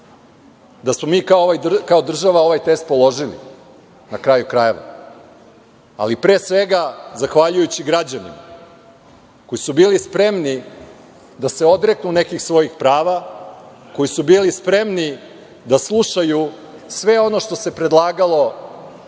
da smo mi kao država ovaj test položili, na kraju krajeva, ali pre svega zahvaljujući građanima koji su bili spremni da se odreknu nekih svojih prava, koji su bili spremni da slušaju sve ono što se predlagalo od